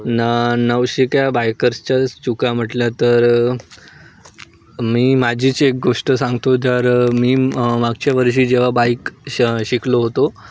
ना नवशिक्या बायकर्सच्या चुका म्हटल्या तर मी माझीच एक गोष्ट सांगतो जर मी मागच्या वर्षी जेव्हा बाईक श शिकलो होतो